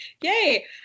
Yay